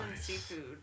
seafood